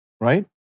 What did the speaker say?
Right